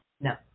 No